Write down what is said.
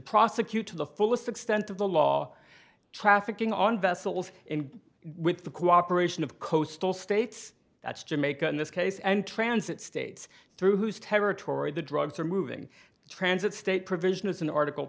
prosecute to the fullest extent of the law trafficking on vessels and with the cooperation of coastal states that's jamaica in this case and transit states through whose territory the drugs are moving transit state provision is an article